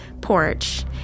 porch